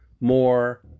more